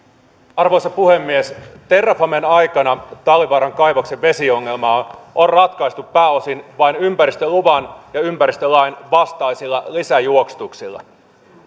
arvoisa puhemies terrafamen aikana talvivaaran kaivoksen vesiongelmaa on ratkaistu pääosin vain ympäristöluvan ja ympäristölain vastaisilla lisäjuoksutuksilla